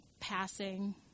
passing